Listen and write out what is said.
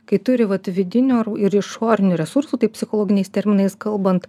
kai turi vat vidinių ir išorinių resursų tai psichologiniais terminais kalbant